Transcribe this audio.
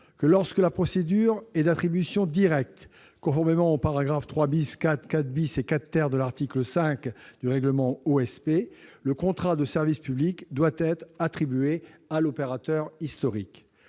que, lorsque la procédure est d'attribution directe, conformément aux paragraphes 3 4, 4 et 4de l'article 5 du règlement OSP, le contrat de service public doit être attribué à l'opérateur historique.